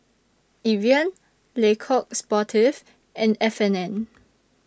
Evian Le Coq Sportif and F and N